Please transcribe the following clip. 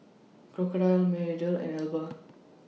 Crocodile Mediheal and Alba